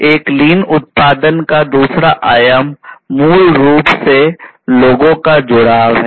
एक लीन उत्पादन का दूसरा आयाम मूल रूप से लोगों का जुड़ाव है